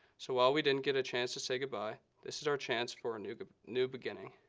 so while we didn't get a chance to say goodbye, this is our chance for a new new beginning.